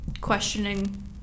Questioning